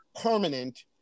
Permanent